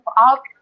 up